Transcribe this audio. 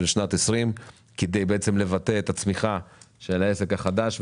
שנת 2020 כדי לבטא את הצמיחה של העסק החדש.